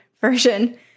version